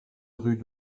rue